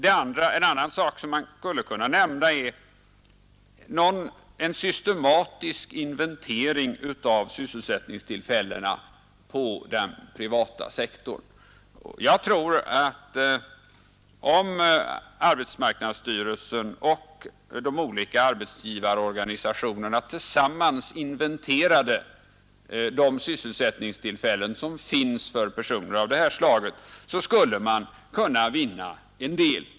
En annan sak som jag skulle kunna nämna är en systematisk inventering av sysselsättningstillfällena på den privata sektorn. Jag tror att om arbetsmarknadsstyrelsen och de olika arbetsgivarorganisationerna tillsammans inventerade de sysselsättningstillfällen som finns för personer av det här slaget, så skulle man kunna vinna en del.